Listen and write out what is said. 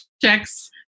checks